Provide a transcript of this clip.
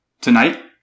tonight